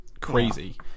crazy